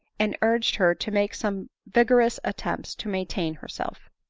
and urged her to make some vigorous attempt to maintain herself.